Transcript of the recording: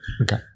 Okay